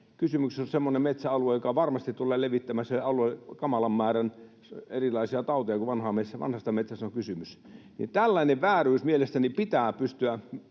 kysymyksessä on semmoinen metsäalue, joka varmasti tulee levittämään sille alueelle kamalan määrän erilaisia tauteja, kun vanhasta metsästä on kysymys. Tällainen vääryys mielestäni pitää pystyä